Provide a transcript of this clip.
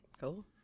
Cool